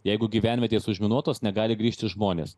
jeigu gyvenvietės užminuotos negali grįžti žmonės